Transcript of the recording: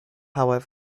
not